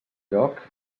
lloc